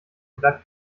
bleibt